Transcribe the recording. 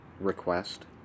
request